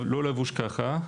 לא לבוש ככה,